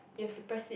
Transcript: you have to press it